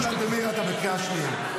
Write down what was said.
חבר הכנסת ולדימיר, אתה בקריאה שנייה.